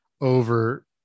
Over